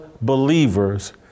believers